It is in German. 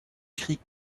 krieg